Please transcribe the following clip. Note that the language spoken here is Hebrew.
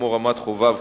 רמת-חובב,